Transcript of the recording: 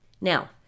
Now